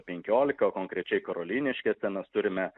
penkiolika konkrečiai karoliniškėse mes turime